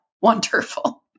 wonderful